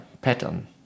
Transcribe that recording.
pattern